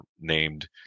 named